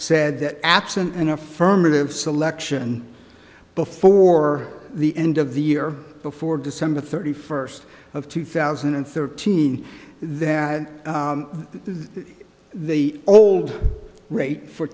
said that absent an affirmative selection before the end of the year before december thirty first of two thousand and thirteen then the old rate for